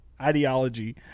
ideology